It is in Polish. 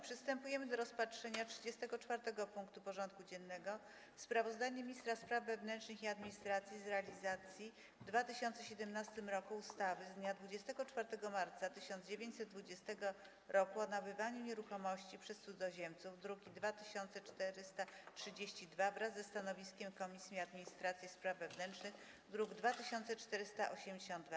Przystępujemy do rozpatrzenia punktu 34. porządku dziennego: Sprawozdanie ministra spraw wewnętrznych i administracji z realizacji w 2017 r. ustawy z dnia 24 marca 1920 r. o nabywaniu nieruchomości przez cudzoziemców (druk nr 2432) wraz ze stanowiskiem Komisji Administracji i Spraw Wewnętrznych (druk nr 2482)